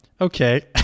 okay